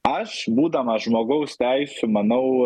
aš būdamas žmogaus teisių manau